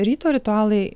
ryto ritualai